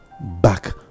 back